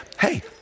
hey